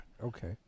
Okay